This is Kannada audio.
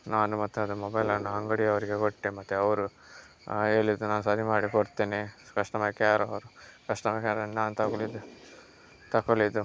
ನಾನು ಮತ್ತೆ ಅದು ಮೊಬೈಲನ್ನು ಅಂಗಡಿಯವರಿಗೆ ಕೊಟ್ಟೆ ಮತ್ತೆ ಅವರು ಹೇಳಿದ್ದು ನಾ ಸರಿ ಮಾಡಿ ಕೊಡ್ತೇನೆ ಕಸ್ಟಮರ್ ಕೇರ್ ಅವರು ಕಸ್ಟಮರ್ ಕೇರನ್ನು ನಾನು ತಗೊಂಡಿದ್ದು ತಕೊಳಿದ್ದು